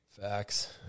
Facts